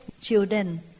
children